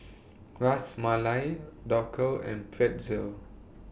Ras Malai Dhokla and Pretzel